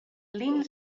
lien